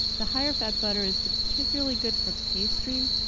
the higher fat butter is particularly good for pastry.